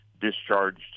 discharged